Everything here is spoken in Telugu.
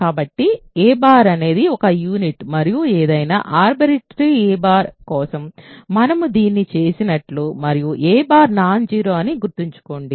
కాబట్టి a అనేది ఒక యూనిట్ మరియు ఏదైనా ఆర్బిటరీ a కోసం మనము దీన్ని చేసినట్లు మరియు a నాన్ జీరో అని గుర్తుంచుకోండి